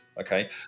okay